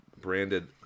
branded